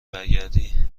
برگردی